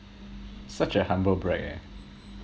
such a humble brag eh